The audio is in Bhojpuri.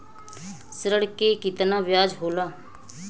ऋण के कितना ब्याज होला?